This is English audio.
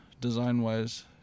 design-wise